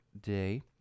Day